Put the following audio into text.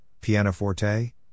pianoforte